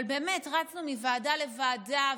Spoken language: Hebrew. אבל רצנו מוועדה לוועדה,